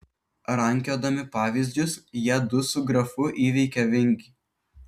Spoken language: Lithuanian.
rankiodami pavyzdžius jiedu su grafu įveikė vingį